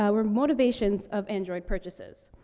ah were motivations of android purchases.